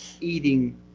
eating